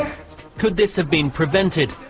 could this have been prevented,